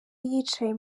yicaye